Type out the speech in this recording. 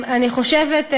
אני חושבת,